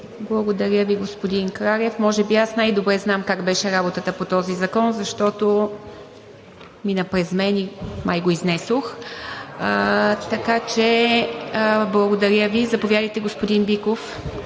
Благодаря Ви, господин Кралев. Може би аз най-добре знам как беше работата по този закон, защото мина през мен и май го изнесох. Заповядайте, господин Биков.